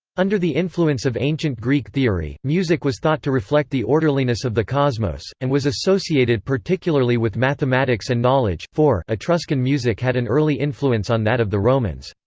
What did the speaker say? under the influence of ancient greek theory, music was thought to reflect the orderliness of the cosmos, and was associated particularly with mathematics and knowledge. four etruscan music had an early influence on that of the romans.